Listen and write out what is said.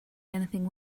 anything